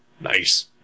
nice